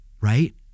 right